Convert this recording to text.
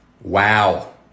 Wow